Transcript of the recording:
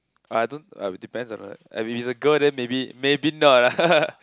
uh I don't I will depends on the if it's a girl then maybe maybe not ah